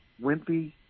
wimpy